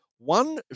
One